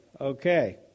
Okay